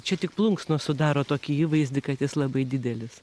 čia tik plunksnos sudaro tokį įvaizdį kad jis labai didelis